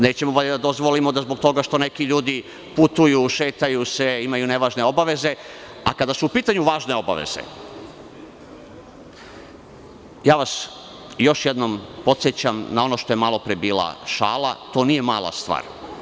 Nećemo valjda da dozvolimo da zbog toga što neki ljudi putuju, šetaju se, imaju nevažne obaveze, a kada su u pitanju važne obaveze, još jednom vas podsećam na ono što je malo pre bila šala, to nije mala stvar.